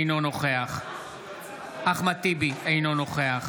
אינו נוכח אחמד טיבי, אינו נוכח